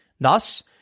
Thus